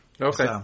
Okay